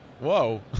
whoa